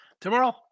Tomorrow